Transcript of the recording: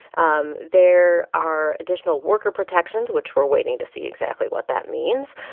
um there are additional worker protections, which we're waiting to see exactly what that means.